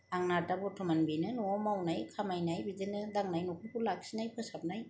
आंना दा बर्त'मान बेनो न'आव मावनाय खामायनाय बिदिनो दांनाय न'खरखौ लाखिनाय फोसाबनाय